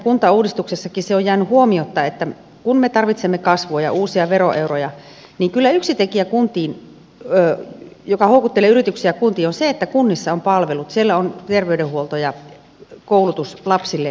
kuntauudistuksessakin se on jäänyt huomiotta että kun me tarvitsemme kasvua ja uusia veroeuroja niin kyllä yksi tekijä joka houkuttelee yrityksiä kuntiin on se että kunnissa on palvelut siellä on terveydenhuolto ja koulutus lapsille niille perheille